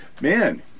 Man